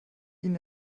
ihnen